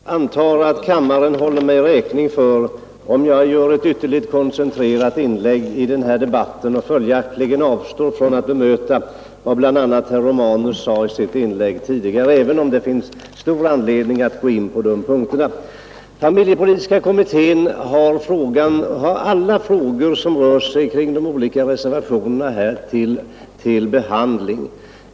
Herr talman! Jag antar att kammaren håller mig räkning för att jag gör ett ytterligt koncentrerat inlägg i denna debatt och avstår från att bemöta vad bl.a. herr Romanus sade i sitt inlägg tidigare, även om det funnes stor anledning att gå in på det han tog upp. Familjepolitiska kommittén har till behandling alla de frågor som rör sig kring de olika reservationerna.